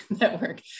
network